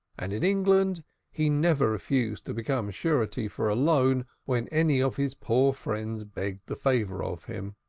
and in england he never refused to become surety for a loan when any of his poor friends begged the favor of him.